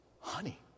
Honey